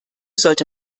sollte